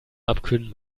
abkühlen